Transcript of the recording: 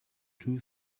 two